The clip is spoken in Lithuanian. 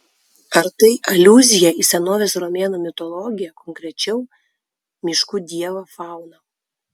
ar tai aliuzija į senovės romėnų mitologiją konkrečiau miškų dievą fauną